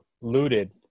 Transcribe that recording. looted